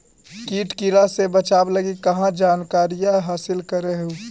किट किड़ा से बचाब लगी कहा जानकारीया हासिल कर हू?